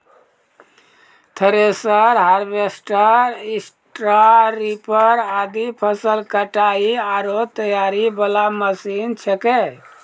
thresher, harvester, स्टारीपर आदि फसल कटाई आरो तैयारी वाला मशीन छेकै